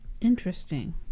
Interesting